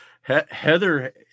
Heather